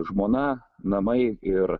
žmona namai ir